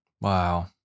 Wow